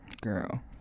girl